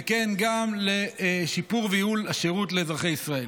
וכן לשיפור וייעול השירות לאזרחי ישראל.